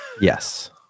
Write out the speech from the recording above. Yes